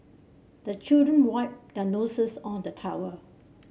the children wipe their noses on the towel